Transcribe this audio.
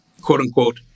quote-unquote